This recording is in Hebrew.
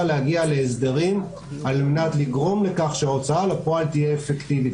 להגיע להסדרים על מנת לגרום לכך שההוצאה לפועל תהיה אפקטיבית.